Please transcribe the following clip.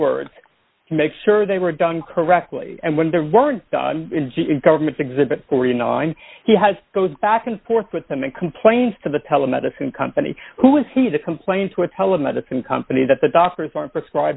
words make sure they were done correctly and when there weren't governments exhibit forty nine he has goes back and forth with them and complains to the telemedicine company who is he the complaints with telemedicine company that the doctors are prescrib